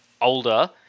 older